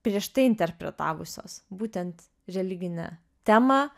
prieš tai interpretavusios būtent religinę temą